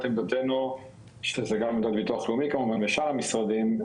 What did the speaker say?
עמדתנו שזה גם לביטוח לאומי ולשאר המשרדים,